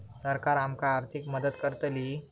सरकार आमका आर्थिक मदत करतली?